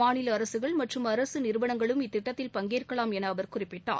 மாநில அரசுகள் மற்றும் அரசு நிறுவனங்களும் இத்திட்டத்தில் பங்கேற்கலாம் என அவர் குறிப்பிட்டார்